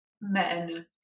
men